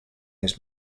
his